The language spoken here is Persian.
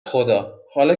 خدا، حالا